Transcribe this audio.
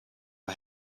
are